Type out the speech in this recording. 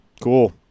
Cool